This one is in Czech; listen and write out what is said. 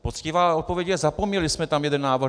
Poctivá odpověď je: zapomněli jsme tam napsat jeden návrh.